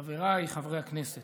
אדוני היושב-ראש, חבריי חברי הכנסת,